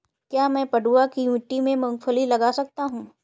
क्या मैं पडुआ की मिट्टी में मूँगफली लगा सकता हूँ?